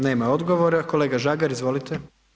Nema odgovora, kolega Žagar izvolite.